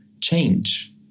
change